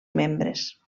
membres